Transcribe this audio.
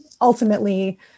ultimately